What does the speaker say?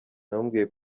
namubwiye